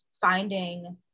finding